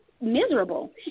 miserable